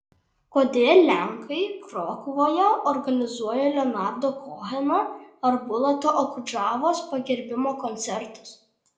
kodėl lenkai krokuvoje organizuoja leonardo koheno ar bulato okudžavos pagerbimo koncertus